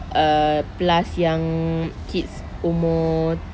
uh plus yang kid umur